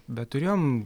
bet turėjom